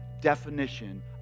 definition